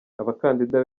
abakandida